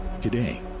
Today